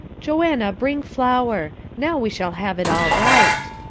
joanna, bring flour. now we shall have it all right.